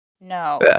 no